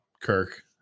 Kirk